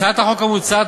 הצעת החוק המוצעת,